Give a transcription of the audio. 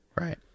Right